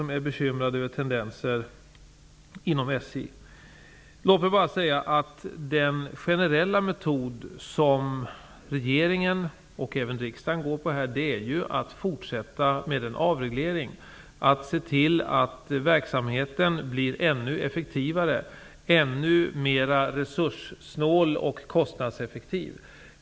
Han är bekymrad över tendenser inom SJ. Låt mig bara säga att den generella metod som regeringen och även riksdagen tillämpar här är att fortsätta med en avreglering, att se till att verksamheten blir ännu effektivare, ännu mer resurssnål och kostnadseffektiv.